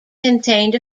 contained